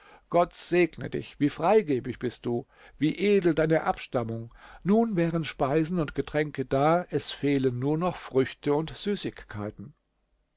gott segne dich wie freigebig bist du wie edel deine abstammung nun wären speisen und getränke da es fehlen nur noch früchte und süßigkeiten